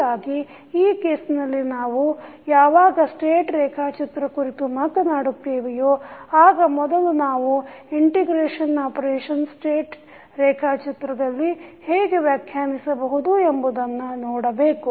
ಹೀಗಾಗಿ ಈ ಕೇಸ್ನಲ್ಲಿ ನಾವು ಯಾವಾಗ ಸ್ಟೇಟ್ ರೇಖಾಚಿತ್ರ ಕುರಿತು ಮಾತನಾಡುತ್ತೇವೆಯೋ ಆಗ ಮೊದಲು ನಾವು ಇಂಟಿಗ್ರೇಷನ್ ಆಪರೇಷನ್ ಸ್ಟೇಟ್ ರೇಖಾಚಿತ್ರದಲ್ಲಿ ಹೇಗೆ ವ್ಯಾಖ್ಯಾನಿಸಬಹುದು ಎಂಬುದನ್ನು ನೋಡಬೇಕು